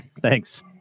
Thanks